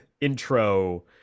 intro